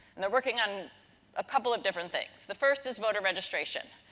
and they're working on a couple of different things. the first is voter registration.